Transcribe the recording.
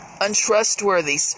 untrustworthy